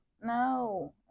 no